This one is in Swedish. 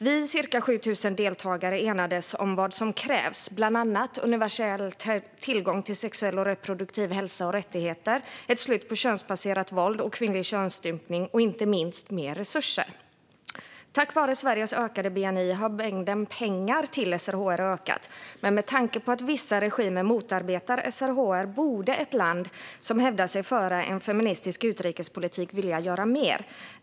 Vi, ca 7 000 deltagare, enades om vad som krävs, bland annat universell tillgång till sexuell och reproduktiv hälsa och rättigheter, ett slut på könsbaserat våld och kvinnlig könsstympning och inte minst mer resurser. Tack vare Sveriges ökade bni har mängden pengar till SRHR ökat, men med tanke på att vissa regimer motarbetar SRHR borde ett land som säger sig föra en feministisk utrikespolitik vilja göra mer.